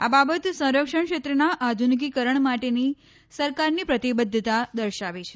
આ બાબત સંરક્ષણ ક્ષેત્રના આધુનિકીકરણ માટેની સરકારની પ્રતિબદ્ધતા દર્શાવે છે